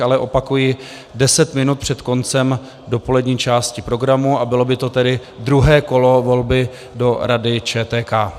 Ale opakuji deset minut před koncem dopolední části programu a bylo by to tedy druhé kolo volby do Rady ČTK.